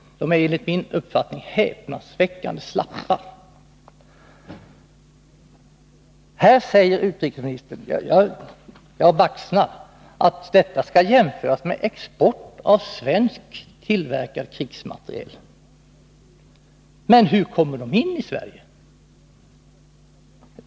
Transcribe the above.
De är enligt min uppfattning häpnadsväckande slappa. Här säger utrikesministern — jag baxnar! — att detta skall jämföras med export av svensktillverkad krigsmateriel. Men hur kommer materielen in i Sverige?